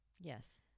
yes